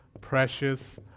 precious